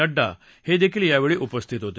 नड्डा देखील या वेळी उपस्थित होते